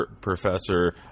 Professor